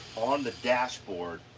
on the dashboard,